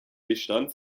gestand